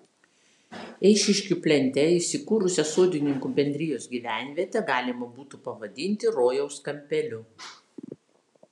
eišiškių plente įsikūrusią sodininkų bendrijos gyvenvietę galima būtų pavadinti rojaus kampeliu